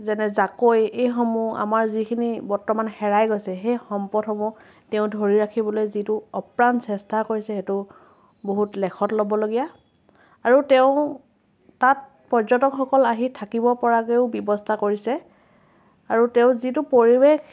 যেনে জাকৈ এইসমূহ আমাৰ যিখিনি বৰ্তমান হেৰাই গৈছে সেই সম্পদসমূহ তেওঁ ধৰি ৰাখিবলৈ যিটো অপ্ৰাণ চেষ্টা কৰিছে সেইটো বহুত লেখত লবলগীয়া আৰু তেওঁ তাত পৰ্যটকসকল আহি থাকিব পৰাকৈও ব্য়ৱস্থা কৰিছে আৰু তেওঁ যিটো পৰিৱেশ